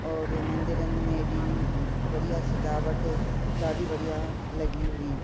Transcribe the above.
और मंदिरनि में एॾी बढ़िया सजावट ॾाढी बढ़िया लॻी हुई